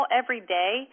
everyday